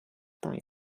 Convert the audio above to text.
time